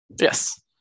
Yes